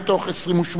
מתוך 28,